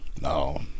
no